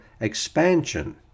expansion